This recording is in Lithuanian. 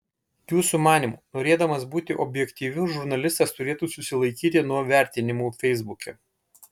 jūsų manymu norėdamas būti objektyviu žurnalistas turėtų susilaikyti nuo vertinimų feisbuke